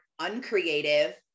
uncreative